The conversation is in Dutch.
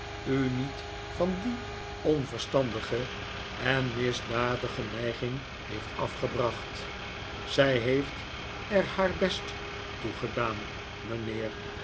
u niet van die onverstandige en misdadige neiging heeft afgebracht zy heeft er haar best toe gedaan mynheer